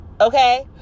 okay